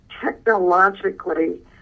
technologically